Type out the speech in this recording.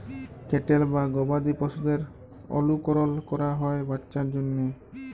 cattle বা গবাদি পশুদের অলুকরল ক্যরা হ্যয় বাচ্চার জ্যনহে